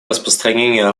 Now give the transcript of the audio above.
распространение